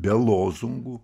be lozungų